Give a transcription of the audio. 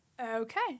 Okay